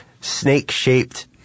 snake-shaped